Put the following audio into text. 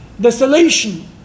Desolation